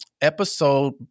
episode